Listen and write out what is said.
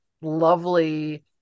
lovely